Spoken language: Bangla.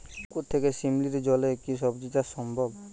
পুকুর থেকে শিমলির জলে কি সবজি চাষ সম্ভব?